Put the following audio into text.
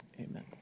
Amen